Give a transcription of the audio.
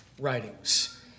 writings